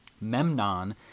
memnon